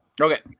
Okay